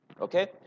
Okay